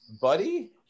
Buddy